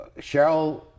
Cheryl